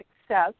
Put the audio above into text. Success